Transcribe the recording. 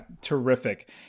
terrific